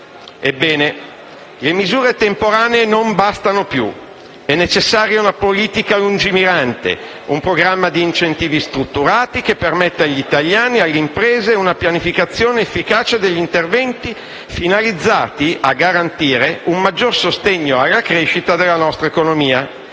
Ebbene, le misure temporanee non bastano più: è necessaria una politica lungimirante, un programma di incentivi strutturati che permetta agli italiani e alle imprese una pianificazione efficace degli interventi finalizzati a garantire un maggiore sostegno alla crescita della nostra economia,